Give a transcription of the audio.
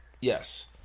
Yes